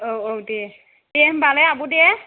औ औ दे दे होमबालाय आब' दे